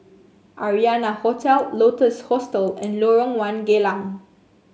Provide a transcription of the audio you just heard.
Arianna Hotel Lotus Hostel and Lorong One Geylang